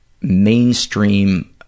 mainstream